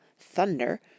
thunder